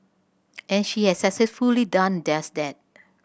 and she has successfully done just that